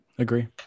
Agree